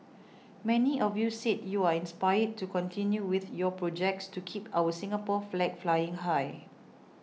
many of you said you are inspired to continue with your projects to keep our Singapore flag flying high